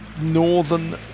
northern